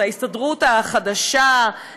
זה ההסתדרות החדשה,